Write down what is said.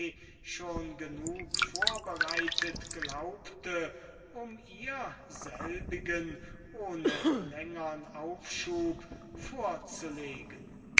schon genug vorbereitet glaubte um ihr selbigen ohne längern aufschub vorzulegen